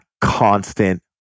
constant